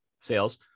Sales